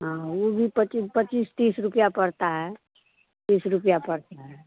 हाँ यूँ भी पच्चीस पच्चीस तीस रुपया पड़ता है तीस रुपया पड़ता है